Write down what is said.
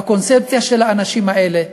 בקונספציה של האנשים האלה.